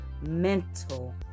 mental